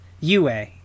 UA